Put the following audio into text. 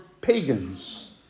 pagans